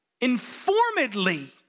informedly